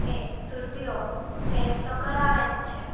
એ સુરતીઓ ટેસ્ટ તો કરાવે જ છે